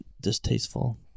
distasteful